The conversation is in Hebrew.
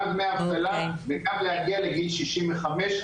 גם דמי אבטלה וגם להגיע לגיל שישים וחמש.